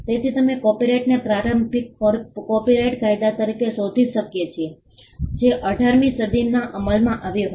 તેથી અમે કોપિરાઇટને પ્રારંભિક કોપિરાઇટ કાયદા તરીકે શોધી શકીએ છીએ જે 18 મી સદીમાં અમલમાં આવ્યો હતો